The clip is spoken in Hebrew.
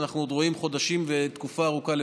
ואנחנו עוד רואים חודשים ותקופה ארוכה לפנינו.